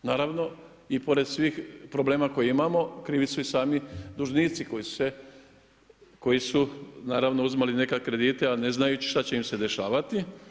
Naravno i pored svih problema koje imamo krivi su i sami dužnici koji su naravno uzimali neke kredite a ne znajući šta će im se dešavati.